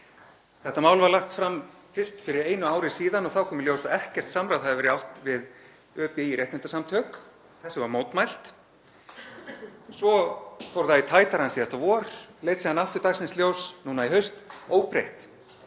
Þetta mál var lagt fram fyrst fyrir einu ári síðan og þá kom í ljós að ekkert samráð hafði verið haft við ÖBÍ réttindasamtök. Þessu var mótmælt. Svo fór það í tætarann síðasta vor, leit síðan aftur dagsins ljós núna í haust óbreytt.